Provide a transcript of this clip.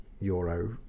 euro